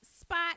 spot